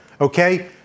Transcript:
okay